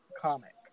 comic